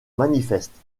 manifeste